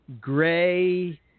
gray